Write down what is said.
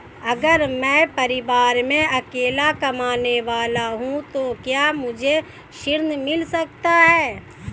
अगर मैं परिवार में अकेला कमाने वाला हूँ तो क्या मुझे ऋण मिल सकता है?